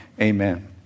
amen